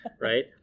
right